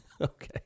Okay